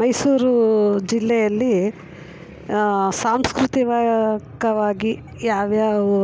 ಮೈಸೂರು ಜಿಲ್ಲೆಯಲ್ಲಿ ಸಾಂಸ್ಕೃತಿಕ ಕ್ಕವಾಗಿ ಯಾವ್ಯಾವ